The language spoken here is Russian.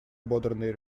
ободранный